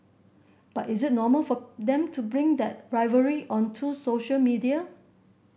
but is it normal for them to bring that rivalry onto social media